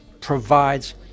provides